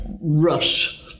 rush